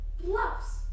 Bluffs